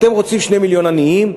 אתם רוצים 2 מיליון עניים,